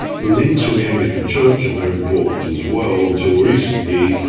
the links with the anglican church are very important as well until recently,